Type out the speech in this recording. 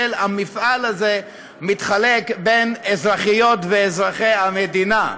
המפעל הזה מתחלק בין אזרחיות ואזרחי המדינה.